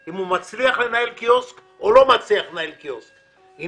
אם הוא מצליח לנהל קיוסק או לא מצליח לנהל קיוסק לא יכול